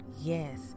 Yes